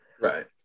Right